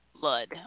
Blood